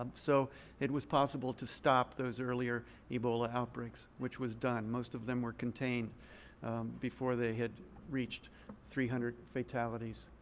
um so it was possible to stop those earlier ebola outbreaks, which was done. most of them were contained before they had reached three hundred fatalities.